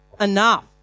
enough